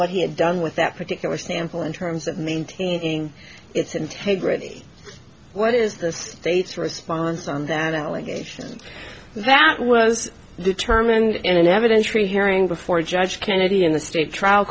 what he had done with that particular sample in terms of maintaining its integrity what is the state's response on that allegation that was determined in an evidentiary hearing before judge kennedy in the state trial